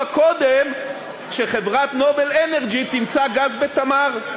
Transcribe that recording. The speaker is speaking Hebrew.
קודם שחברת "נובל אנרג'י" תמצא גז ב"תמר".